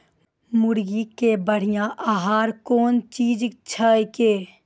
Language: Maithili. मुर्गी के बढ़िया आहार कौन चीज छै के?